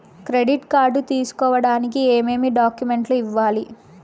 credit card తీసుకోడానికి ఏమేమి డాక్యుమెంట్లు ఇవ్వాలి